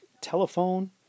Telephone